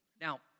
Now